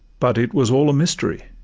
but it was all a mystery.